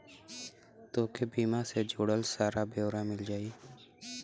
तोके बीमा से जुड़ल सारा ब्योरा मिल जाई